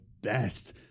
best